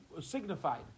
signified